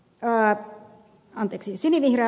pää halveksisinivihreä